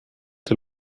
der